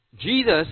Jesus